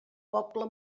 poble